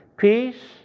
Peace